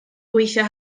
gweithio